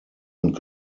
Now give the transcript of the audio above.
und